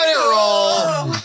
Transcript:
roll